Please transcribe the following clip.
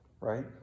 Right